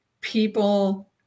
people